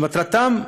שמטרתם,